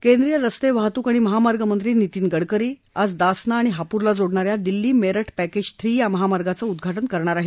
केंद्रीय रस्ते वाहतूक आणि महामार्ग मंत्री नितीन गडकरी आज दासना आणि हापूरला जोडणाऱ्या दिल्ली मेरठ पॅकेज थ्री या महामार्गाचं उद्वाटन करणार आहेत